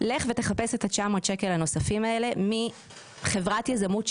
לך ותחפש את ה-900 שקלים הנוספים האלה אצל חברת היזמות,